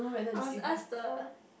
uh must ask the